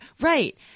Right